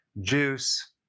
juice